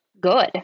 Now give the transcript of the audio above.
good